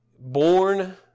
born